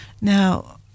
Now